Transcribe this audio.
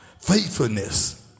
Faithfulness